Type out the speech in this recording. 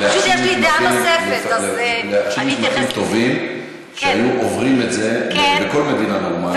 להפסיד מתמחים טובים שהיו עוברים את זה בכל מדינה נורמלית.